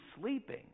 sleeping